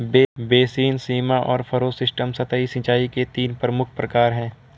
basin, सीमा और furrow system सतही सिंचाई के तीन प्रमुख प्रकार है